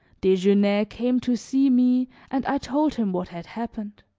desgenais came to see me and i told him what had happened.